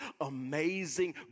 amazing